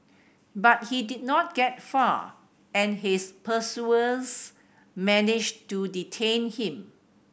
but he did not get far and his pursuers managed to detain him